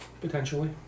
Potentially